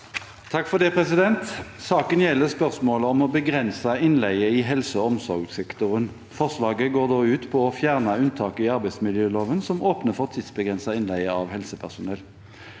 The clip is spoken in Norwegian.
Eidesen (Sp) Saken gjelder spørsmålet om å begrense innleie i helse- og omsorgssektoren. Forslaget går ut på å fjerne unntaket i arbeidsmiljøloven som åpner for tidsbegrenset innleie av helsepersonell.